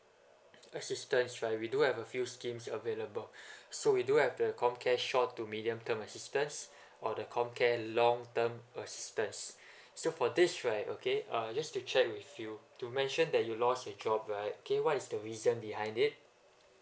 assistance right we do have a few schemes available so we do have the comcare short to medium term assistance or the comcare long term assistance so for this right okay uh just to check with you you mentioned that you lost your job right okay what is the reason behind it